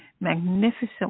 magnificent